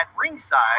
ringside